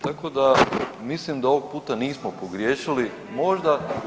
Tako da, mislim da ovog puta nismo pogriješili, možda